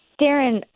Darren